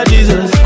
Jesus